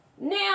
Now